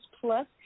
plus